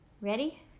Ready